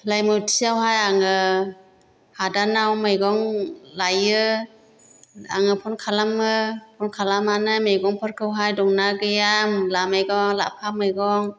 लाइमुथियावहाय आङो हादानाव मैगं लायो आङो फन खालामो फन खालामनानै मैगंफोरखौहाय दंना गैया मुला मैगं लाफा मैगं